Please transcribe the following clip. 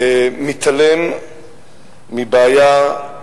מתעלם מבעיה,